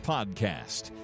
Podcast